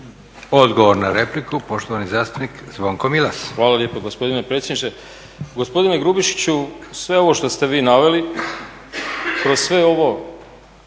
Odgovor na repliku, poštovani zastupnik Zvonko Milas. **Milas, Zvonko (HDZ)** Hvala lijepo gospodine predsjedniče. Gospodine Grubišiću sve ovo što ste vi naveli kroz sve ovo